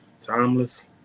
Timeless